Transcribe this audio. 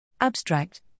Abstract